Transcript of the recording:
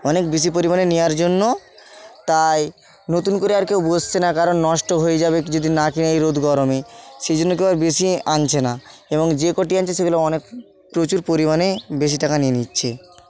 অনেক বেশি পরিমাণে নেওয়ার জন্য তাই নতুন করে আর কেও আর বসছে না কারণ নষ্ট হয়ে যাবে যদি না কিনি এই রোদ গরমে সেই জন্য কেউ আর বেশি আনছে না এবং যে কটি আনছে সেইগুলি অনেক প্রচুর পরিমাণে বেশি টাকা নিয়ে নিচ্ছে